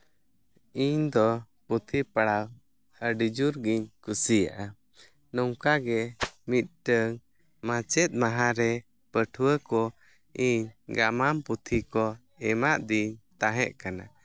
ᱤᱧ ᱫᱚ ᱯᱩᱛᱷᱤ ᱯᱟᱲᱦᱟᱣ ᱟᱹᱰᱤ ᱡᱳᱨ ᱜᱤᱧ ᱠᱩᱥᱤᱭᱟᱜᱼᱟ ᱱᱚᱝᱠᱟᱜᱮ ᱢᱤᱫᱴᱟᱹᱝ ᱢᱟᱪᱮᱫ ᱢᱟᱦᱟ ᱨᱮ ᱯᱟᱹᱴᱷᱣᱟᱹ ᱠᱚ ᱤᱧ ᱜᱟᱢᱟᱢ ᱯᱩᱛᱷᱤ ᱠᱚ ᱮᱢᱟᱫᱤᱧ ᱛᱟᱦᱮᱸᱠᱟᱱᱟ